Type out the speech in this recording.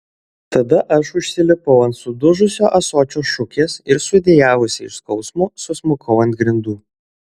tada aš užsilipau ant sudužusio ąsočio šukės ir sudejavusi iš skausmo susmukau ant grindų